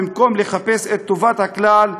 במקום לחפש את טובת הכלל,